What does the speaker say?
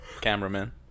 Cameraman